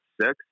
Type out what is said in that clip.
six